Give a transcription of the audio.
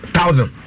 Thousand